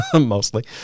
mostly